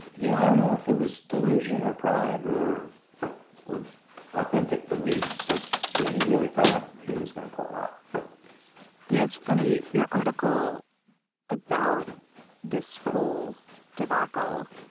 you know, i don't know if it was delusion or pride or or authentic belief, but, you know, he really thought he was going to pull it off yeah. it's funny, your article about this whole debacle.